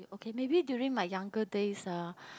K maybe during my younger days ah